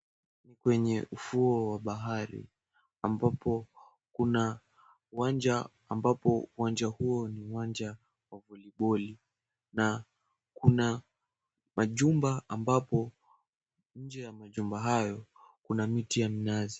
Ni kwenye ufuo wa bahari ambapo kuna uwanja ambapo uwanja huo ni uwanja wa vollyball na kuna majumba ambapo inje ya majumba hayo kuna miti ya minazi.